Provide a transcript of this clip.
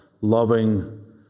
loving